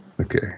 Okay